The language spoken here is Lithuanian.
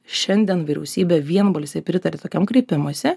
šiandien vyriausybė vienbalsiai pritarė tokiam kreipimuisi